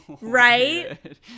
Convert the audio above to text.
right